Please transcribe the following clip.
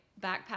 backpack